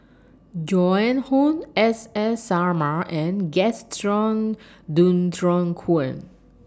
Joan Hon S S Sarma and Gaston Dutronquoy